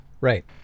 Right